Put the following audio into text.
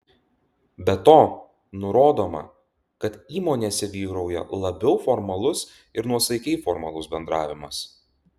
be to nurodoma kad įmonėse vyrauja labiau formalus ir nuosaikiai formalus bendravimas